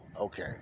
okay